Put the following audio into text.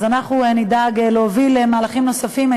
אז אנחנו נדאג להוביל מהלכים נוספים.